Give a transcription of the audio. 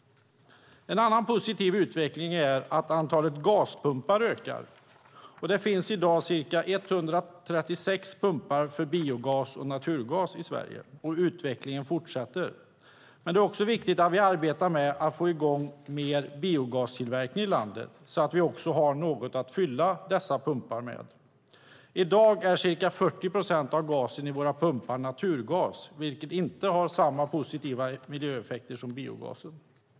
En annan positiv utveckling är att antalet gaspumpar ökar. Det finns i dag ca 136 pumpar för biogas och naturgas i Sverige och utvecklingen fortsätter. Men det är också viktigt att vi arbetar med att få i gång mer biogastillverkning i landet så att vi har något att fylla dessa pumpar med. I dag är ca 40 procent av gasen i våra pumpar naturgas, vilket inte har samma positiva miljöeffekt som biogasen.